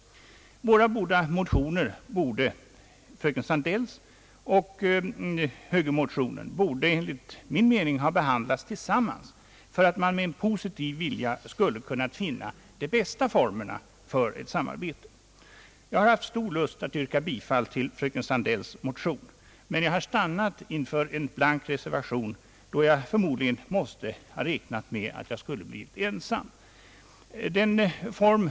De olika motionerna — fröken Sandells och högermotionerna — borde enligt min mening ha behandlats tillsammans för att man med positiv vilja skulle ha kunnat finna de bästa formerna för ett samarbete. Jag hade stor lust att yrka bifall till fröken Sandells motion, men jag stannade för en blank reservation, då jag förmodligen måste räkna med att jag skulle ha blivit ensam här i kammaren.